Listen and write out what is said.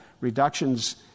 reductions